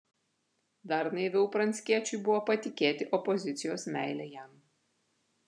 dar naiviau pranckiečiui buvo patikėti opozicijos meile jam